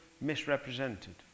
Misrepresented